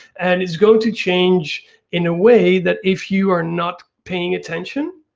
and it's going to change in a way that if you are not paying attention,